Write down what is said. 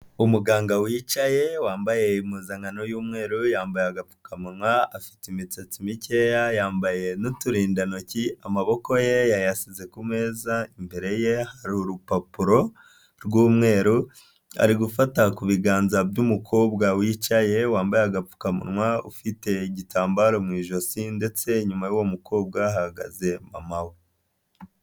Umuganga wicaye wambaye impuzankano y'umweru, yambaye agapfukamunwa, afite imisatsi mikeya, yambaye n'uturindantoki, amaboko ye yayashyizeze ku meza, imbere ye hari urupapuro rw'umweru, ari gufata ku biganza by'umukobwa wicaye wambaye agapfukamunwa, ufite igitambaro mu ijosi, ndetse nyuma y'uwo mukobwa hahagaze mama we.